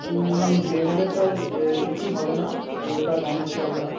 দেড় হাজার টাকায় এসি হবে না ওটা নন এসি হবে ম্যাম